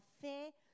fait